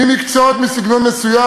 ממקצועות מסגנון מסוים,